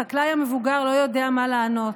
החקלאי המבוגר לא יודע מה לענות.